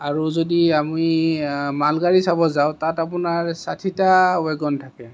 আৰু যদি আমি মালগাড়ী চাব যাওঁ তাত আপোনাৰ চাঠিটা ৱেগন থাকে